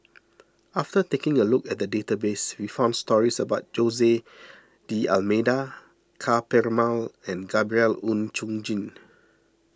after taking a look at the database we found stories about Jose D'Almeida Ka Perumal and Gabriel Oon Chong Jin